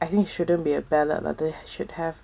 I think shouldn't be a ballot lah they should have